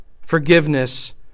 forgiveness